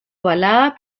ovalada